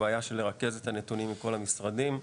הבעיה של ריכוז הנתונים מכל המשרדים,